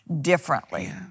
differently